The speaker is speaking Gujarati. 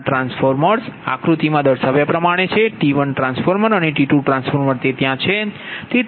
આ ટ્રાન્સફોર્મર્સ આક્રુતિ મા દર્શાવ્યા પ્ર્માણે છે T1 ટ્રાન્સફોર્મર અને T2 ટ્રાન્સફોર્મર તે ત્યાં છે